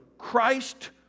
christ